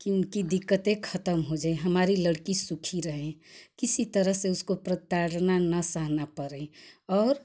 कि उसकी दिक्कतें खत्म हो जाए हमारी लड़की सुखी रहे किसी तरह से उसको प्रताड़ना न सहनी पड़े और